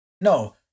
No